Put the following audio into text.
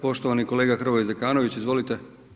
Poštovani kolega Hrvoje Zekanović, izvolite.